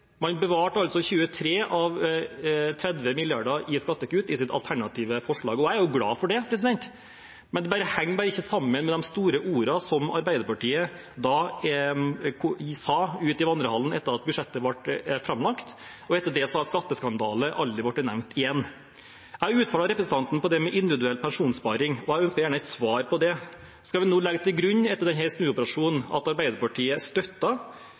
Man bevarte altså 23 av 30 mrd. kr i skattekutt i sitt alternative forslag. Jeg er glad for det, men det henger bare ikke sammen med de store ordene Arbeiderpartiet sa ute i vandrehallen etter at budsjettet ble framlagt. Etter det har «skatteskandale» aldri vært nevnt igjen. Jeg utfordret representanten på det med individuell pensjonssparing, og jeg ønsker gjerne et svar på det. Skal vi nå, etter denne snuoperasjonen, legge til grunn